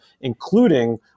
including